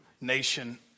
nation